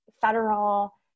federal